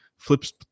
flips